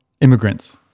Immigrants